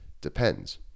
Depends